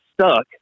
stuck